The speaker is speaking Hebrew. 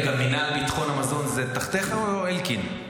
רגע, מינהל לביטחון המזון זה תחתיך או אלקין?